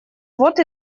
вот